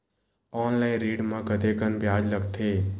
Online ऋण म कतेकन ब्याज लगथे?